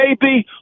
baby